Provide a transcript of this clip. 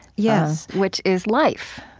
yes, which is life,